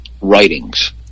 writings